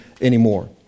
anymore